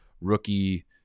rookie